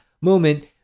moment